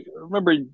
remember